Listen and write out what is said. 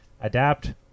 Adapt